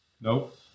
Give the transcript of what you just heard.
Nope